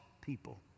people